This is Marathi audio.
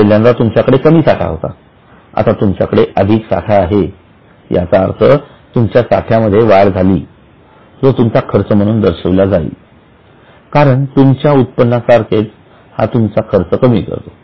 पहिल्यांदा तुमच्याकडे कमी साठा होता आता तुमच्याकडे अधिक साठा आहेयाचा अर्थ तुमच्या साठ्यामध्ये वाढ झाली जो तुमचा खर्च म्हणून दाखविला जाईल कारण तुमच्या उत्पन्न सारखेच हा तुमचा खर्च कमी करतो